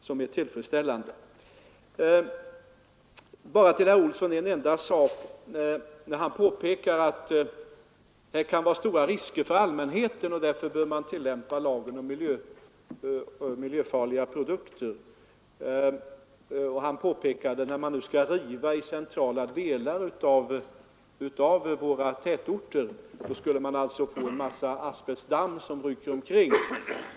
Till herr Olsson i Stockholm bara några få ord med anledning av att han sade att det kan föreligga stora risker för allmänheten och att man därför bör tillämpa lagen om miljöfarliga produkter. Herr Olsson påpekade att när man nu river i centrala delar av våra tätorter blir det en mängd asbestdamm som ryker omkring.